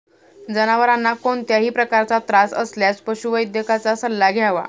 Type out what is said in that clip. जनावरांना कोणत्याही प्रकारचा त्रास असल्यास पशुवैद्यकाचा सल्ला घ्यावा